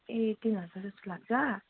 ए तिन हजारजस्तो लाग्छ